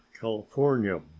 California